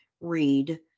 read